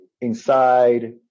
inside